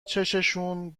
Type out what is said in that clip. چششون